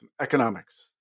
economics